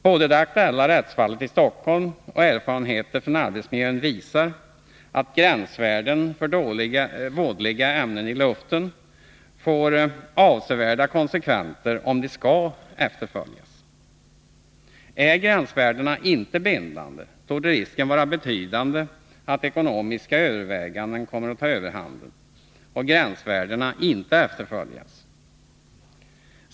Både det aktuella rättsfallet i Stockholm och erfarenheter från arbetsmiljön visar att gränsvärden för vådliga ämnen i luften får avsevärda konsekvenser om de skall efterföljas. Är gränsvärdena inte bindande, torde risken vara betydande att ekonomiska överväganden kommer att ta överhanden och att gränsvärdena inte kommer att efterföljas.